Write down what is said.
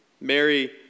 Mary